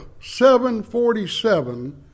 747